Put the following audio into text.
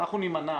אנחנו נימנע